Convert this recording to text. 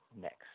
next